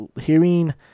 hearing